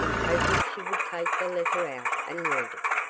hoping she would take the letter out and read it.